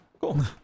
Cool